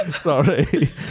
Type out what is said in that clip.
Sorry